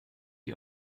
ihr